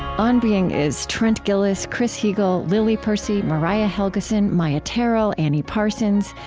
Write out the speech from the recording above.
on being is trent gilliss, chris heagle, lily percy, mariah helgeson, maia tarrell, annie parsons,